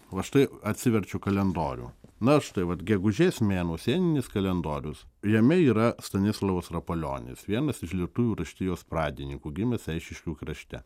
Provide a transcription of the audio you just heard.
va štai atsiverčiu kalendorių na štai vat gegužės mėnuo sieninis kalendorius jame yra stanislovas rapolionis vienas iš lietuvių raštijos pradininkų gimęs eišiškių krašte